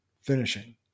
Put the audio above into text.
Finishing